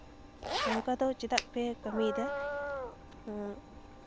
ᱱᱚᱝᱠᱟᱫᱚ ᱪᱮᱫᱟᱜ ᱯᱮ ᱠᱟᱹᱢᱤᱭᱮᱫᱟ